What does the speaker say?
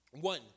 One